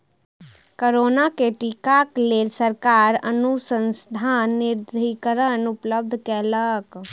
corona के टीका क लेल सरकार अनुसन्धान निधिकरण उपलब्ध कयलक